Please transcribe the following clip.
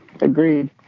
Agreed